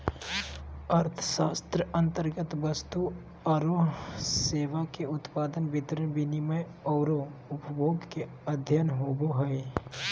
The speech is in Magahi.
अर्थशास्त्र अन्तर्गत वस्तु औरो सेवा के उत्पादन, वितरण, विनिमय औरो उपभोग के अध्ययन होवो हइ